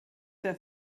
der